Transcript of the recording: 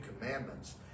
commandments